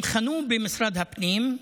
הם חנו במשרד הפנים,